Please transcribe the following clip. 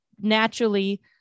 naturally